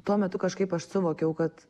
tuo metu kažkaip aš suvokiau kad